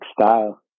style